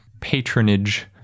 patronage